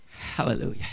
Hallelujah